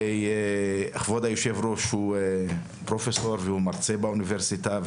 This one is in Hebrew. וכבוד היושב-ראש הוא פרופסור והוא מרצה באוניברסיטה,